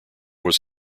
was